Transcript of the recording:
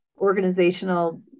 organizational